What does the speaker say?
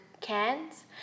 cans